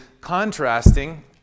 contrasting